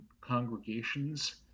congregations